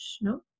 no